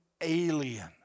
alien